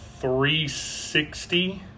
360